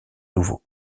nouveau